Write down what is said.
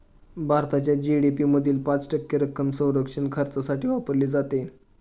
भारताच्या जी.डी.पी मधील पाच टक्के रक्कम संरक्षण खर्चासाठी वापरली जाते